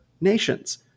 nations